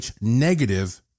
negative